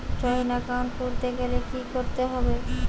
Joint account করতে গেলে কি করতে হবে?